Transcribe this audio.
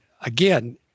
again